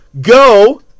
Go